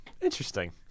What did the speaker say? Interesting